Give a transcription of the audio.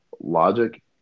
Logic